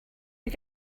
you